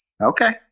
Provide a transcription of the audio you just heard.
Okay